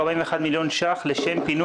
והמזומן יגיע במהלך 2020 מנתיבי ישראל או מרכבת